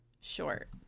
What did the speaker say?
short